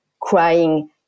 crying